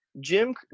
Jim